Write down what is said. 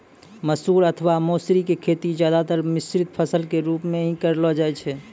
मसूर अथवा मौसरी के खेती ज्यादातर मिश्रित फसल के रूप मॅ हीं करलो जाय छै